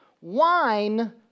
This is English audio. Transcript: wine